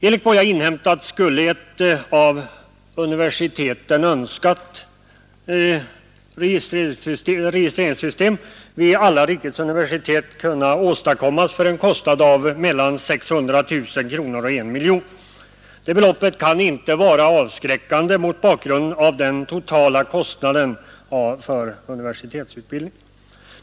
Enligt vad jag inhämtat skulle ett av universiteten önskat registreringssystem vid alla rikets universitet kunna åstadkommas för en kostnad av mellan 600 000 och 1 miljon kronor. Det beloppet kan inte vara avskräckande mot bakgrunden av den totala kostnaden för universitetsutbildningen.